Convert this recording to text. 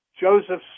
Joseph